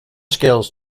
skills